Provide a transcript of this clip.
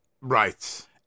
Right